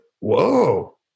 Whoa